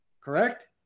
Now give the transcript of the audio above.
Correct